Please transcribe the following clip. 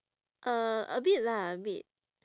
uh a bit lah a bit